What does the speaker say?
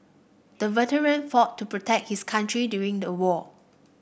the veteran fought to protect his country during the war